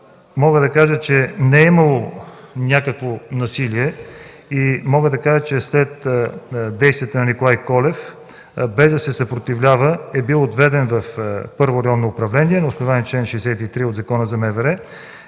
Мога да кажа, че не е имало насилие и след действията на Николай Колев, без да се съпротивлява, е бил отведен в Първо районно управление. На основание чл. 63 от Закона за МВР